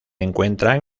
encuentran